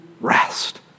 rest